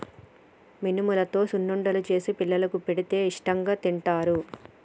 మినుములతో సున్నుండలు చేసి పిల్లలకు పెడితే ఇష్టాంగా తింటారు